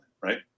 right